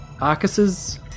Arcus's